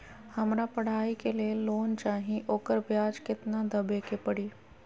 हमरा पढ़ाई के लेल लोन चाहि, ओकर ब्याज केतना दबे के परी?